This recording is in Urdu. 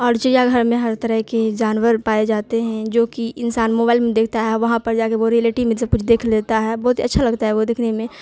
اور چڑیا گھر میں ہر طرح کی جانور پائے جاتے ہیں جو کہ انسان موبائل میں دیکھتا ہے وہاں پر جا کے وہ ریلیٹی میں سب کچھ دیکھ لیتا ہے بہت ہی اچھا لگتا ہے وہ دیکھنے میں